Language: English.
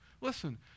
Listen